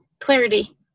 clarity